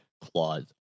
Clause